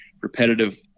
repetitive